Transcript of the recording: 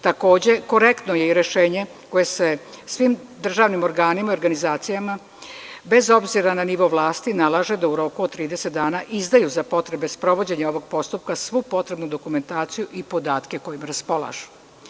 Takođe, korektno je i rešenje koje se svim državnim organima i organizacijama, bez obzira na nivo vlasti, nalaže da u roku od 30 dana izdaju za potrebe sprovođenja ovog postupka svu potrebnu dokumentaciju i podatke kojima raspolažu.